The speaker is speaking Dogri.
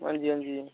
अंजी अंजी